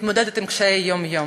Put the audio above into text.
מתמודדת עם קשיי היום-יום.